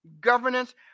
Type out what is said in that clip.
governance